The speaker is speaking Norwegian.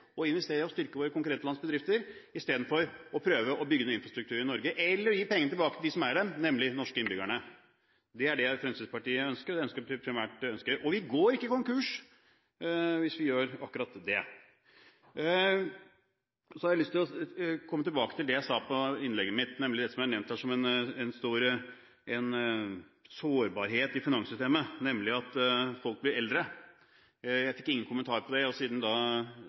å investere i og styrke våre konkurrentlands bedrifter, istedenfor å prøve å bygge ny infrastruktur i Norge, eller å gi pengene tilbake til dem som eier dem, nemlig de norske innbyggerne. Det er det Fremskrittspartiet primært ønsker, og vi går ikke konkurs hvis vi gjør akkurat det. Så har jeg lyst til å komme tilbake til det jeg sa i innlegget mitt, nemlig det som er nevnt her som en sårbarhet i finanssystemet, nemlig at folk blir eldre. Jeg fikk ingen kommentar på det, og siden